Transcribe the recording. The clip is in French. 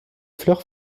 fleurs